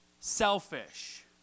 selfish